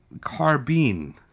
carbine